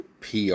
PR